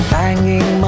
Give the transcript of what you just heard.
banging